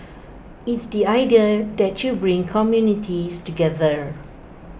it's the idea that you bring communities together